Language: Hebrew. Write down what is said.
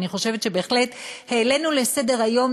ואני חושבת שבהחלט העלינו לסדר-היום